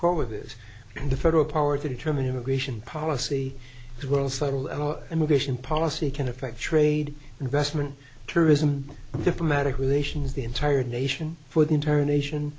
is the federal power to determine immigration policy it will settle immigration policy can affect trade investment tourism and diplomatic relations the entire nation for the entire nation